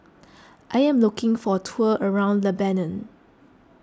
I am looking for a tour around Lebanon